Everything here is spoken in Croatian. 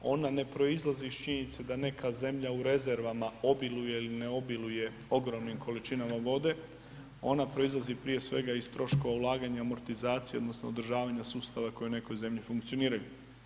Ona ne proizlazi iz činjenica da neka zemlja u rezervama obiluje ili ne obiluje ogromnim količinama vode, ona proizlazi prije svega iz troškova ulaganja amortizacije odnosno održavanja sustava koje u nekoj zemlji funkcioniraju.